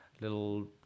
little